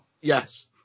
Yes